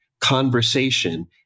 conversation